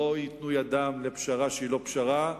לא ייתנו ידם לפשרה שהיא לא פשרה,